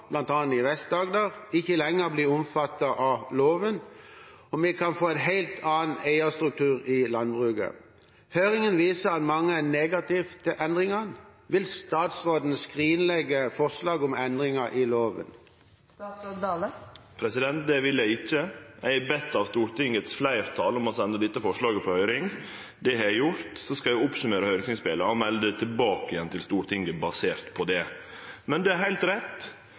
i Vest-Agder, ikke lenger blir omfattet av loven, og vi kan få en helt annen eierstruktur i landbruket. Høringen viser at mange er negative til endringene. Vil statsråden nå skrinlegge forslaget om endringer i loven?» Det vil eg ikkje. Eg er beden av fleirtalet på Stortinget om å sende dette forslaget på høyring. Det har eg gjort. Så skal eg summere opp høyringsinnspela og melde tilbake igjen til Stortinget basert på det. Men det er heilt rett